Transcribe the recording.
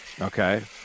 Okay